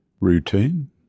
routine